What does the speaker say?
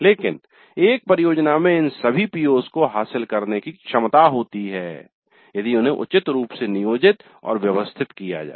लेकिन एक परियोजना में इन सभी PO's को हासिल करने की क्षमता होती है यदि इन्हें उचित रूप से नियोजित और व्यवस्थित किया जाए